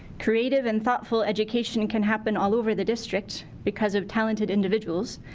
creative and thoughtful education can happen all over the district because of talented individuals.